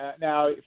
Now